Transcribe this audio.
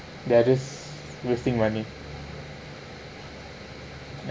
they're just wasting money